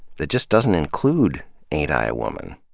that just doesn't include ain't i a woman.